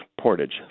Portage